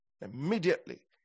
Immediately